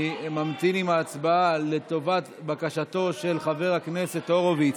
אני ממתין עם ההצבעה לבקשתו של חבר הכנסת הורוביץ,